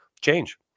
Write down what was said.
change